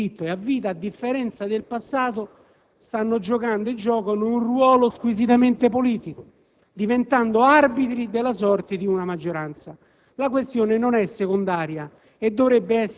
Così non è, perché i senatori di diritto e a vita, a differenza del passato, stanno giocando e giocano un ruolo squisitamente politico, diventando arbitri della sorte di una maggioranza.